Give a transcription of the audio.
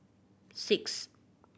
six